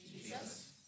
Jesus